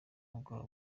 bwabo